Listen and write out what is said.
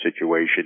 situation